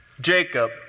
Jacob